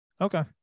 okay